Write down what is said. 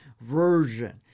version